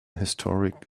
historic